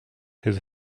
has